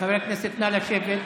חבר הכנסת, נא לשבת.